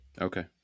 Okay